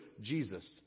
Jesus